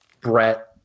Brett